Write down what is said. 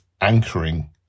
anchoring